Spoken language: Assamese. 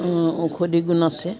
ঔষধি গুণ আছে